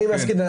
אני מסכים.